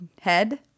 head